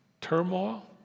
turmoil